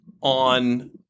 on –